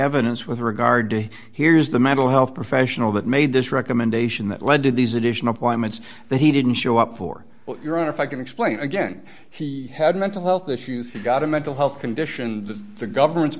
evidence with regard to here's the mental health professional that made this recommendation that led to these additional points that he didn't show up for your own if i can explain again he had mental health issues he got a mental health condition that the government's